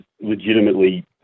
legitimately